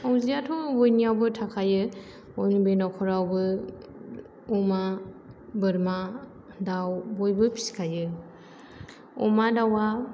मावजियाथ' बयनियावबो थाखायो बयनिबो नखरावबो अमा बोरमा दाउ बयबो फिसिखायो अमा दाउवा